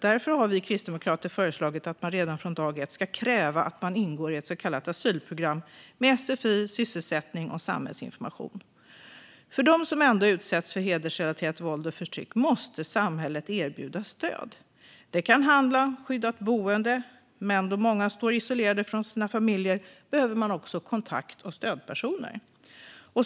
Därför har vi kristdemokrater föreslagit att man redan från dag ett ska kräva att asylsökande ingår i ett så kallat asylprogram med sfi, sysselsättning och samhällsinformation. För dem som ändå utsätts för hedersrelaterat våld och förtryck måste samhället erbjuda stöd. Det kan handla om skyddat boende, men då många står isolerade från sina familjer behöver de också kontakt och stödpersoner.